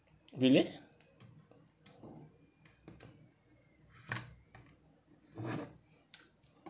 really